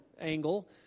angle